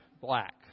black